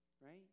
Right